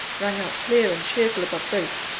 rang out clear and cheerful above both,